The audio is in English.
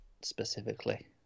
specifically